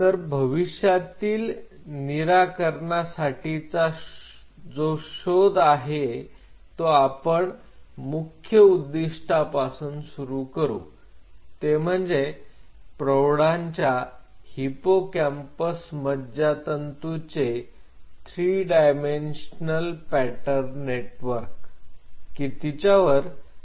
तर भविष्यातील निराकरणासाठीचा जो शोध आहे तो आपण मुख्य उद्दिष्टापासून सुरू करू ते म्हणजे प्रौढांच्या हिप्पोकॅम्पस मज्जातंतू चे 3 डायमेन्शनल पॅटर्न नेटवर्क की तिच्यावर आपण चाचणी करू शकू